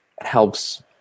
helps